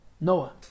Noah